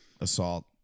Assault